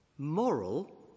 Moral